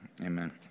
Amen